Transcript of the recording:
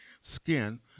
skin